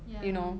ya